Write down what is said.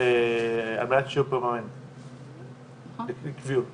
על מנת שיוכלו באמת לקביעות,